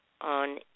on